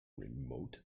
remote